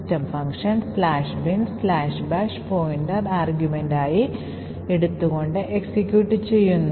system function "binbash" pointer ആർഗ്യുമെൻറായി എടുത്തുകൊണ്ട് execute ചെയ്യുന്നു